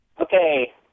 Okay